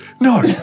No